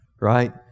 right